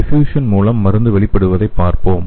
diffusion மூலம் மருந்து வெளிப்படுவதை பார்ப்போம்